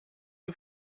you